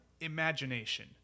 Imagination